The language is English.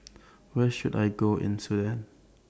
Where should I Go in Sudan